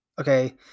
okay